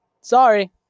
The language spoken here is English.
sorry